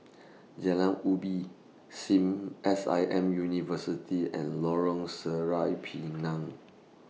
Jalan Ubi SIM S I M University and Lorong Sireh Pinang